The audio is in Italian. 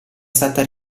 stata